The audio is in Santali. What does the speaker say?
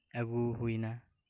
ᱟᱹᱜᱩ ᱦᱩᱭ ᱮᱱᱟ